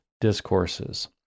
discourses